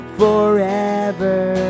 forever